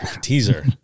teaser